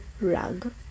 rug